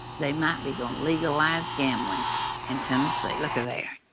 they might be gonna legalize gambling in tennessee. look there.